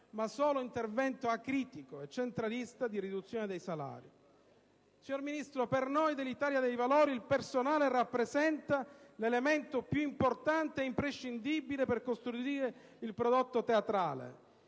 ma solo intervento acritico e centralista di riduzione dei salari. Per noi dell'Italia dei Valori il personale rappresenta l'elemento più importante e imprescindibile per costruire il prodotto teatrale: